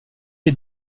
est